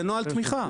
זה נוהל תמיכה.